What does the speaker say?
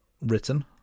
written